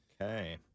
Okay